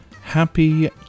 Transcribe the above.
Happy